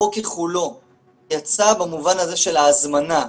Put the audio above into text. רובו ככולו יצא במובן הזה של ההזמנה,